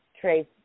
trace